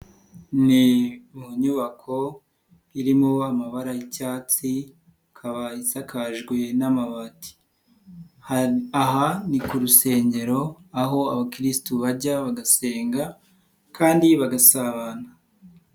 Ni mu nyubako irimo amabara y'icytsi ikaba isakajwe n'amabati, aha ni ku rusengero aho abakirisitu bajya bagasenga kandi bagasabana.